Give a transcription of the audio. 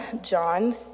John